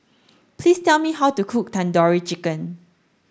please tell me how to cook Tandoori Chicken